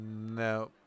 No